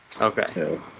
Okay